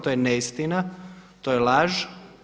To je neistina, to je laž.